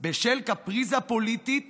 בשל קפריזה פוליטית